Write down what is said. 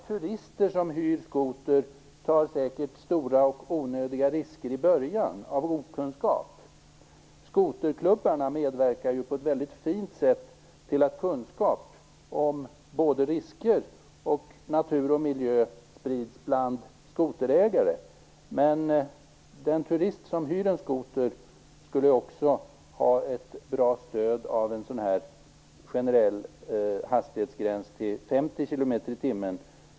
Turister som hyr skotrar tar säkert i början stora och onödiga risker av okunskap. Skoterklubbarna medverkar ju på ett väldigt fint sätt till att kunskap både om risker och om natur och miljö sprids till skoterägare. Men den turist som hyr en skoter skulle också ha ett bra stöd av en generell hastighetsgräns till 50 kilometer i timmen.